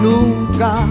Nunca